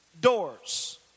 doors